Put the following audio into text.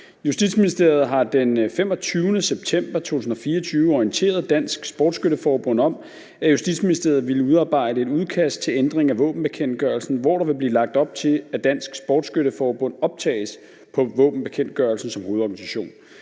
Justitsministeriet har den 25. september 2024 år orienteret Dansk Sportsskytte Forbund om, at Justitsministeriet ville udarbejde et udkast til ændring af våbenbekendtgørelsen, hvor der vil blive lagt op til, at Dansk Sportsskytte Forbund optages på våbenbekendtgørelsen som hovedorganisation.